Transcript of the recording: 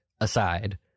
aside